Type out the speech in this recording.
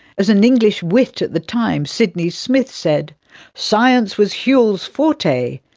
as an english wit at the time, sidney smith, said science was whewell's forte,